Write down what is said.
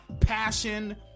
passion